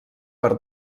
per